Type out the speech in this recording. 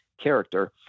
character